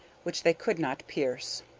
which they could not pierce.